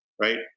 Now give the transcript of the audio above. right